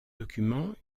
document